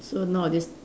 so nowadays